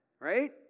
right